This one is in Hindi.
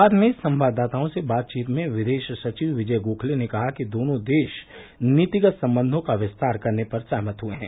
बाद में संवाददाताओं से बातचीत में विदेश सचिव विजय गोखले ने कहा कि दोनों देश नीतिगत संबंधों का विस्तार करने पर सहमत हुए हैं